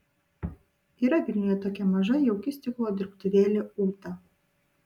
yra vilniuje tokia maža jauki stiklo dirbtuvėlė ūta